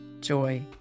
joy